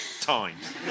times